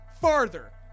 farther